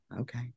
okay